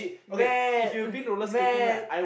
mad mad